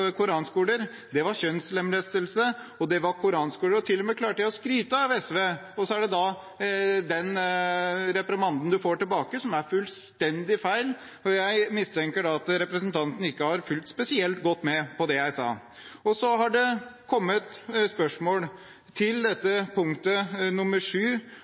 koranskoler, det var kjønnslemlestelse, det var koranskoler, og jeg klarte til og med å skryte av SV. Og så får man da den reprimanden tilbake, som er fullstendig feil. Jeg mistenker at representanten ikke har fulgt spesielt godt med på det jeg sa. Det har kommet spørsmål om vi kan støtte forslag til